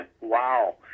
Wow